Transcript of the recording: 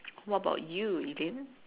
what about you you didn't